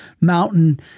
mountain